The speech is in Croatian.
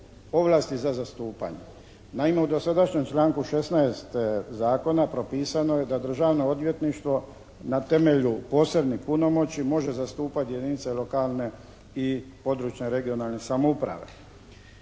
Naime u dosadašnjem članku 16. Zakona propisano je da Državno odvjetništvo na temelju posebne punomoći može zastupati jedinice lokalne i područne, regionalne samouprave.